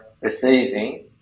receiving